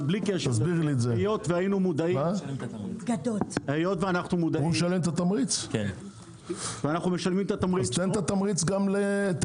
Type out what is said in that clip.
היות שאנו מודעים ואנו משלמים את התמריץ- -- תן את